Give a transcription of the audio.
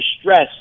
stress